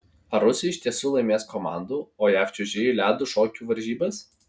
ar rusai iš tiesų laimės komandų o jav čiuožėjai ledo šokių varžybas